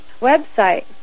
website